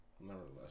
Nevertheless